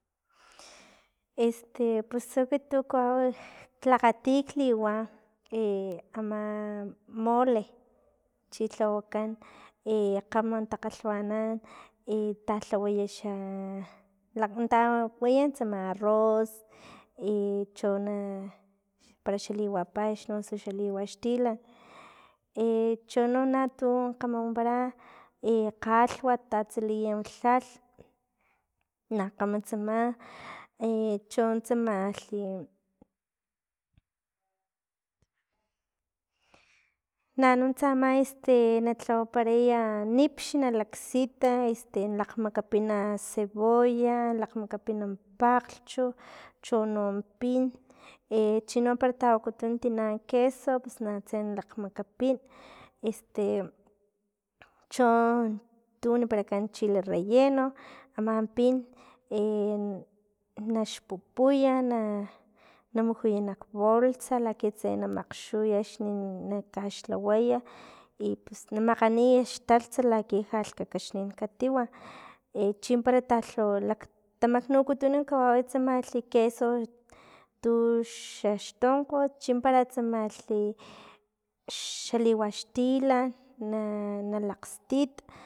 Este pus ekiti tu kawau klakgati kliwa e ama mole chi lhawakan e kgama takgalhwanan e talhawaya xa tawaya xa arroz e chono para xa liwa paxn xa liwa xtilan e chono na tu kgama wampara e kgalhwat tatsiliya lhalh na kgama tsama e chon tsamalhi nanuntsa ama este na tsawaparaya nipx nalaksita na lakgmakapina cebolla lakgmakapina pakglchu chono pin e chino para tawakutuna tina queso pus na tsa lakgmakapin este chon tu waniparakan chile relleno aman pin e nakpupuya na namujuya nak bolsa laki tse na makgxuy akxni na kaxlhaway i pus na makganiya xtaltsa laki lha lhkakaxnin katiwa e chimpara talhawa laktamaknukutun kawau tsamalh queso tuxaxtonkglh chimpara tsamalhi xa liwa xtilan na na lakgstit